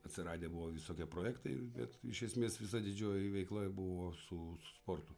atsiradę buvo visokie projektai bet iš esmės visa didžioji veikla buvo su sportu